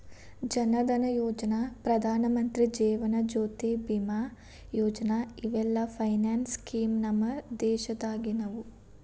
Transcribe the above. ಜನ್ ಧನಯೋಜನಾ, ಪ್ರಧಾನಮಂತ್ರಿ ಜೇವನ ಜ್ಯೋತಿ ಬಿಮಾ ಯೋಜನಾ ಇವೆಲ್ಲ finance scheme ನಮ್ ದೇಶದಾಗಿನವು